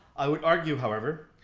i would argue, however,